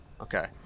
Okay